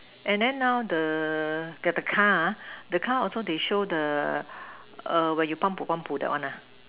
and then now the the car ah the car also they show the err when you that one ah